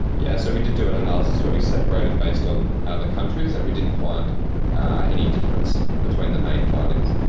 yes, so we did do an analysis where we separated based on the countries and we didn't find any difference between the main findings.